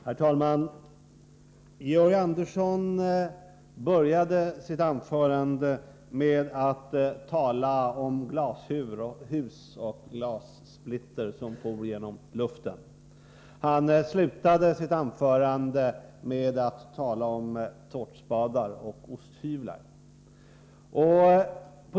Herr talman! Georg Andersson började sitt anförande med att tala om glashus och om glassplitter som for genom luften. Han slutade sitt anförande med att tala om tårtspadar och osthyvlar.